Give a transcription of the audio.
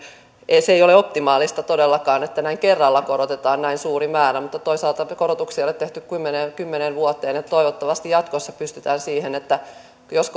se ei ole optimaalista todellakaan että näin kerralla korotetaan näin suuri määrä mutta toisaalta korotuksia ei ole tehty kymmeneen kymmeneen vuoteen toivottavasti jatkossa pystytään siihen että jos